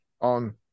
on